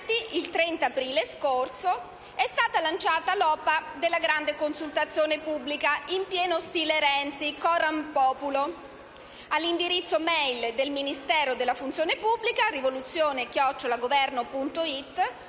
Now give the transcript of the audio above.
il 30 aprile scorso, è stata lanciata l'OPA della grande consultazione pubblica, in pieno stile Renzi, *coram populo.* All'indirizzo *mail* del Ministero della funzione pubblica rivoluzione@governo.it